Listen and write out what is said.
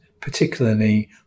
particularly